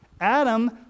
Adam